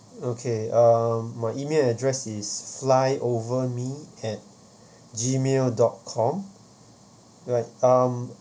okay um my email address is fly over me at G mail dot com right um